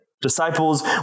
Disciples